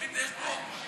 יש פה,